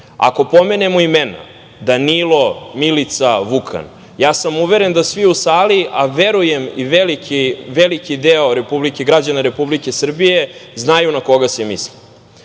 Ako pomenemo imena Danilo, Milica, Vukan, ja sam uveren da svi u sali, a verujem i veliki deo građana Republike Srbije znaju na koga se misli.